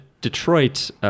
Detroit